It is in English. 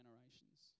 generations